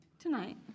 Tonight